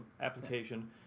application